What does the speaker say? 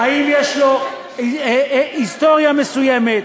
אם יש לו היסטוריה מסוימת.